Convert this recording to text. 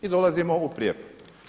I dolazimo u prijepor.